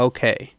Okay